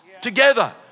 together